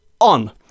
on